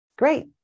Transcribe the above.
great